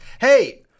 Hey